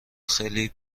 خیلی